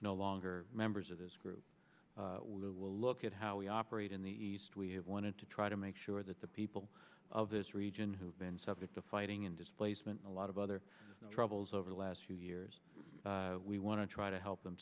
no longer members of this group will look at how we operate in the east we have wanted to try to make sure that the people of this region who have been subject to fighting and displacement a lot of other troubles over the last few years we want to try to help them